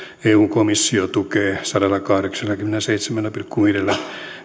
komissio tukee sadallakahdeksallakymmenelläseitsemällä pilkku viidellä